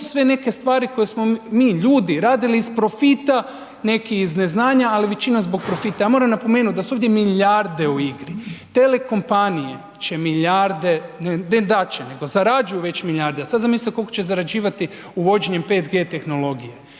sve neke stvari koje smo mi ljudi radili iz profita, neki iz neznanja, ali većina iz profita. Ja moram napomenut da su ovdje milijarde u igri. Telekompanije će milijarde, ne da će, nego zarađuju već milijarde, a sada zamislite koliko će zarađivati uvođenjem 5G tehnologije.